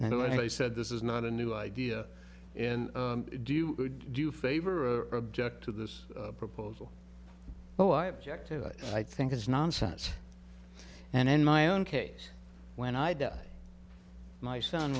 and i said this is not a new idea and do you do you favor or object to this proposal oh i object to it i think is nonsense and in my own case when i had my son